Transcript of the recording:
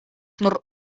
nur